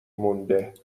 مونده